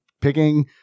picking